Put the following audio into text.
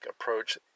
approach